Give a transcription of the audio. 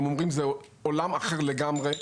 הם אומרים שזה עולם אחר לגמרי,